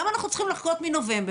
למה אנחנו צריכים לחכות מנובמבר?